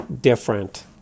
different